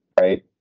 Right